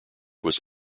was